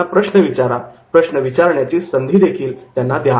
प्रश्न विचारण्याची संधीदेखील त्यांना द्या